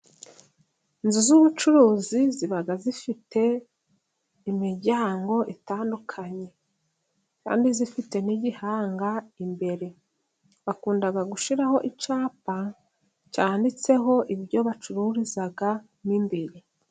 Inzu z'ubucuruzi ziba zifite imiryango itandukanye, kandi zifite n'igihanga imbere. Bakunda gushyiraho icyapa cyanditseho ibyo bacururizamo imbere.